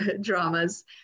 dramas